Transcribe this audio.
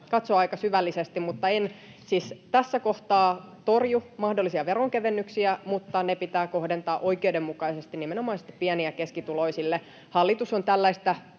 [Kai Mykkäsen välihuuto] En siis tässä kohtaa torju mahdollisia veronkevennyksiä, mutta ne pitää kohdentaa oikeudenmukaisesti, nimenomaisesti pieni- ja keskituloisille. Hallitus on tällaista